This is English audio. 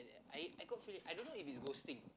I I got f~ I don't know if it's ghosting